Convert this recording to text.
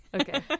Okay